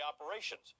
operations